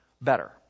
better